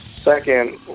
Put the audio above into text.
second